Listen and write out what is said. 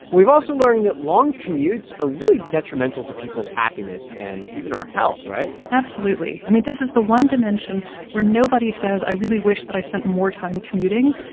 we've also learned that long commutes are really detrimental to people's happiness and even our health, right? absolutely. i mean, this is the one dimension where nobody says, i really wish that i spent more time commuting.